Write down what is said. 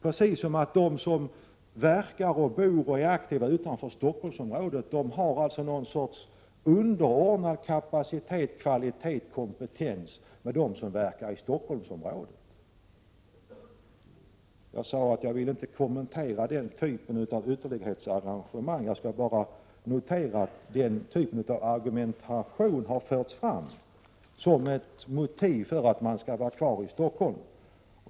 Precis som om de som bor och verkar och är aktiva utanför Stockholmsområdet har någon sorts underordnad kapacitet, kvalitet och kompetens, jämfört med dem som verkar i Stockholmsområdet. Jag sade att jag inte vill diskutera den sortens argumentation. Jag bara konstaterar att den har förekommit som ett motiv för att verket skall vara kvar i Stockholm.